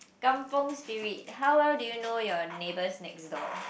kampung spirit how well do you know your neighbors next door